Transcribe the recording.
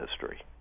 history